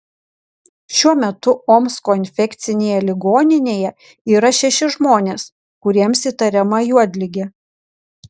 šiuo metu omsko infekcinėje ligoninėje yra šeši žmonės kuriems įtariama juodligė